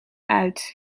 uit